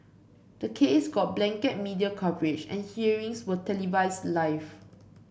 the case got blanket media coverage and hearings were televised live